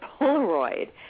Polaroid